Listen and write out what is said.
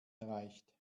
erreicht